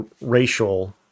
racial